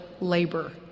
labor